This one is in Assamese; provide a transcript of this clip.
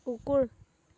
কুকুৰ